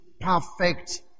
perfect